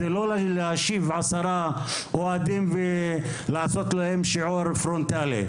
זה לא להשיב עשרה אוהדים ולעשות להם שיעור פרונטלי.